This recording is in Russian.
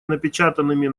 напечатанными